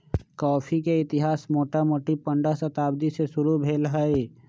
coffee के इतिहास मोटामोटी पंडह शताब्दी से शुरू भेल हइ